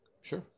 Sure